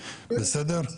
בסדר?